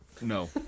no